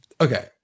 Okay